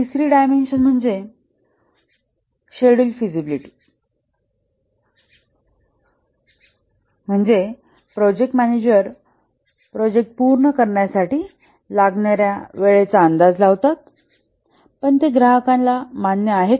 तिसरी डायमेंशन म्हणजे schedule feasibility म्हणजे प्रोजेक्ट मॅनेजर प्रोजेक्ट पूर्ण करण्यासाठी लागणाऱ्या वेळेचा अंदाज लावतात पण ते ग्राहकाला मान्य आहे का